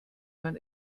man